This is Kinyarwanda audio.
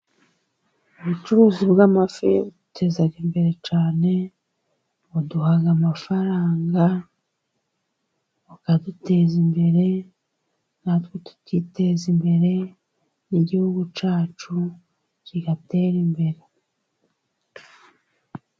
Ubucuruzi bw'amafi buteza imbere cyane, buduha amafaranga, bukaduteza imbere, natwe tukiteza imbere n'igihugu cyacu kigatera imbere.